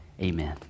Amen